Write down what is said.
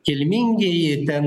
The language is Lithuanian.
kilmingieji ten